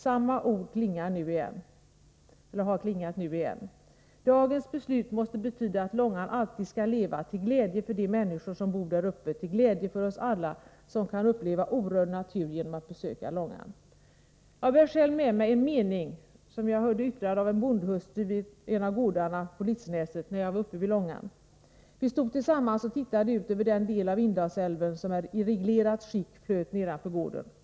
Samma ord har klingat nu igen. Dagens beslut måste betyda att Långan alltid skall leva till glädje för de människor som bor där uppe, till glädje för oss alla som kan uppleva orörd natur genom att besöka Långan. Jag bär med mig en mening, yttrad av bondhustrun vid en av gårdarna på Litsnäset. Vi stod tillsammans och tittade ut över den del av Indalsälven som i reglerat skick flöt nedanför gården.